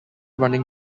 running